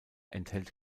enthält